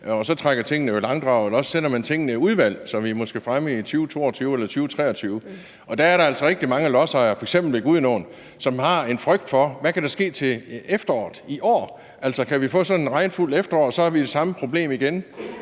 så trækker i langdrag, eller at man sender tingene i udvalg, så vi måske når frem til 2022 eller 2023. Og der er altså rigtig mange lodsejere, f.eks. ved Gudenåen, som har en frygt for, hvad der kan ske til efteråret i år. Hvis vi får sådan et regnfuldt efterår, så har vi det samme problem igen.